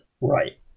right